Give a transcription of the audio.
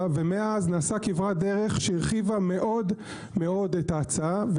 ומאז נעשתה כברת דרך שהרחיבה מאוד מאוד את ההצעה,